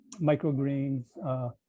microgreens